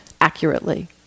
accurately